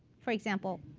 for example,